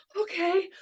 okay